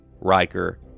Riker